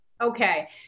Okay